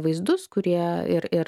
vaizdus kurie ir ir